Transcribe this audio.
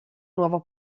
nuova